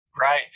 right